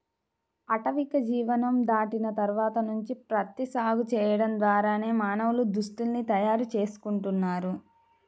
ఆటవిక జీవనం దాటిన తర్వాత నుంచి ప్రత్తి సాగు చేయడం ద్వారానే మానవులు దుస్తుల్ని తయారు చేసుకుంటున్నారు